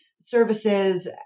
services